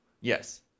yes